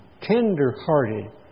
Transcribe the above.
tender-hearted